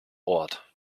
ort